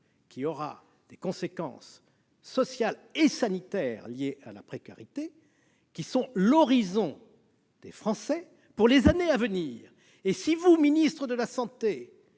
dont les conséquences sociales et sanitaires, liées à la précarité, sont l'horizon des Français pour les années à venir. Bien sûr ! Si vous, ministre de la santé,